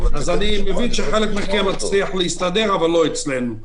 אני מבין שחלק מכם מצליח להסתדר אבל לא אצלנו.